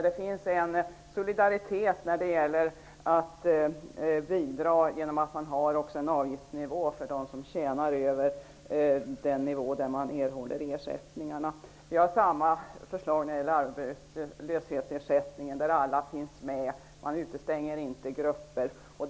Det finns en solidaritet i detta, genom att det finns en avgiftsnivå för dem som tjänar över den nivå där man erhåller ersättningarna. Vi har ett motsvarande förslag när det gäller arbetslöshetsersättningen. Alla finns med, och man utestänger inte några grupper.